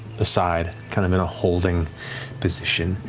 beside, kind of in a holding position.